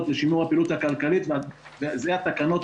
לשימור הפעילות הכלכלית וזה התקנות,